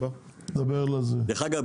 דרך אגב,